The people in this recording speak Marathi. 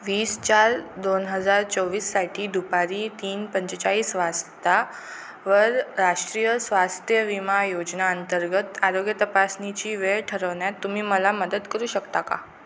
वीस चार दोन हजार चोवीससाठी दुपारी तीन पंचेचाळीस वाजता वर राष्ट्रीय स्वास्थ्य विमा योजना अंतर्गत आरोग्य तपासणीची वेळ ठरवण्यात तुम्ही मला मदत करू शकता का